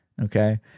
Okay